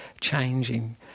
changing